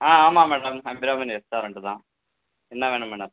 ஆ ஆமாம் madam Abirami restaurant தான் என்ன வேணும் மேடம்